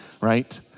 right